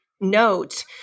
note